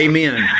Amen